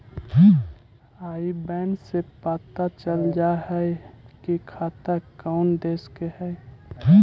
आई बैन से पता चल जा हई कि खाता कउन देश के हई